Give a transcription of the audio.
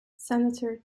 senator